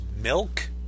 Milk